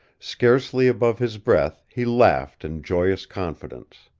scarcely above his breath he laughed in joyous confidence.